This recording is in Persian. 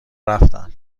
رفتم